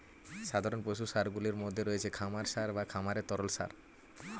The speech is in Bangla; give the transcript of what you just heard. সাধারণ পশু সারগুলির মধ্যে রয়েছে খামার সার বা খামারের তরল সার